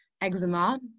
eczema